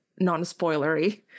non-spoilery